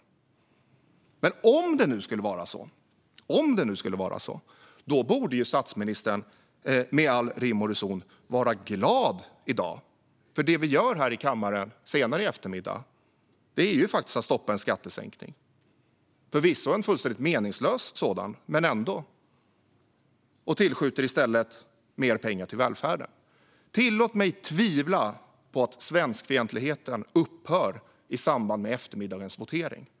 Men om det nu skulle förhålla sig så borde statsministern med all rim och reson vara glad i dag. Det vi i kammaren i eftermiddag ska göra är faktiskt att stoppa en skattesänkning. Det är förvisso en fullständigt meningslös sådan men ändå en skattesänkning. Vi tillskjuter i stället mer pengar till välfärden. Tillåt mig tvivla på att svenskfientligheten upphör i samband med eftermiddagens votering.